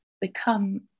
become